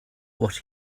what